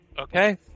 Okay